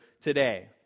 today